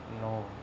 No